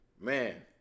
Man